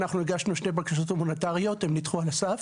אנחנו הגשנו שתי בקשות הומניטריות והן נדחו על הסף.